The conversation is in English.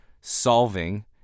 solving